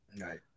Right